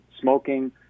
smoking